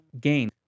gain